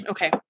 Okay